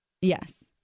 Yes